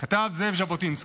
כתב זאב ז'בוטינסקי.